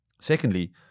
Secondly